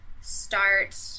start